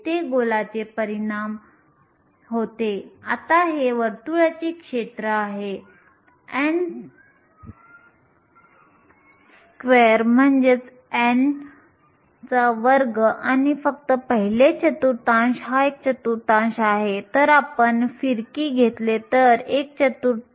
Nc या संज्ञेला वाहक बँड h मधील अवस्थांची प्रभावी घनता म्हणतात